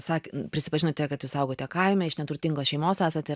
sakė prisipažinote kad jūs augote kaime iš neturtingos šeimos esate